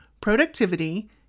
Productivity